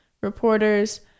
reporters